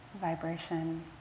Vibration